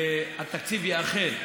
התקציב ייאכל.